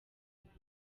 mwana